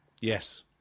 yes